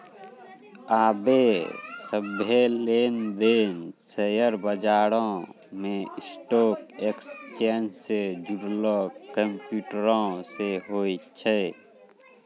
आबे सभ्भे लेन देन शेयर बजारो मे स्टॉक एक्सचेंज से जुड़लो कंप्यूटरो से होय छै